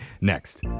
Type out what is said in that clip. next